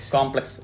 Complex